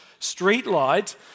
Streetlight